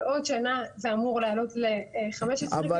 אבל עוד שנה זה אמור להעלות ל-15 קילו,